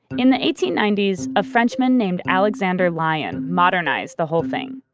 in the eighteen ninety s, a frenchman named alexandre lion modernized the whole thing.